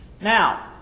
Now